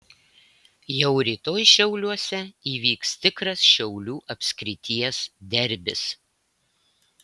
jau rytoj šiauliuose įvyks tikras šiaulių apskrities derbis